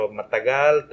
matagal